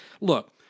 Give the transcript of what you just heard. Look